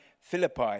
Philippi